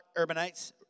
urbanites